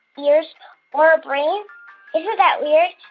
ears or a brain? isn't that weird?